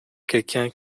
quelqu’un